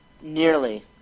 Nearly